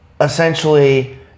essentially